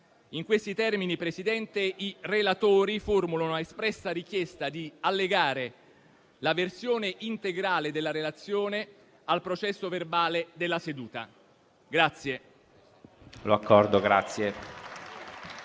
In questi termini, signor Presidente, i relatori formulano un'espressa richiesta di allegare la versione integrale della relazione al Resoconto della seduta odierna.